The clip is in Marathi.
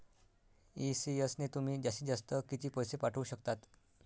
ई.सी.एस ने तुम्ही जास्तीत जास्त किती पैसे पाठवू शकतात?